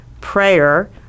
prayer